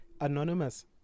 anonymous